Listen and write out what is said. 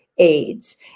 AIDS